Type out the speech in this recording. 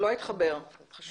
הכלכלית כאן חשובה.